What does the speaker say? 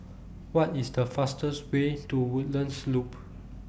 What IS The fastest Way to Woodlands Loop